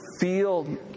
feel